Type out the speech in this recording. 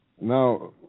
Now